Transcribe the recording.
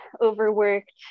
overworked